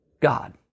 God